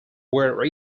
were